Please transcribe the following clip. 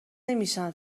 نمیشن